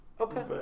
Okay